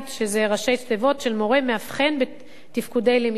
שזה ראשי תיבות של מורה מאבחן בתפקודי למידה.